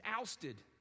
ousted